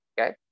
okay